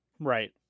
Right